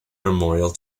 memorial